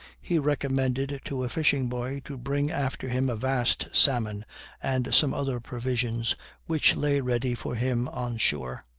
he recommended to a fishing boy to bring after him a vast salmon and some other provisions which lay ready for him on shore.